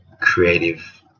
creative